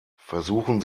versuchen